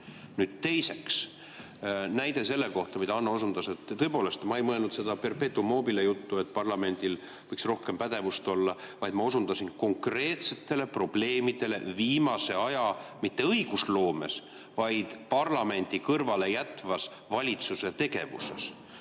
suund. Teiseks, näide selle kohta, millele Hanno osundas. Tõepoolest, ma ei mõelnud sedaperpetuum mobilejuttu, et parlamendil võiks rohkem pädevust olla, vaid ma osundasin konkreetsetele probleemidele, mitte viimase aja õigusloomes, vaid parlamenti kõrvale jätvas valitsuse tegevuses.